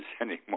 anymore